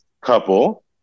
couple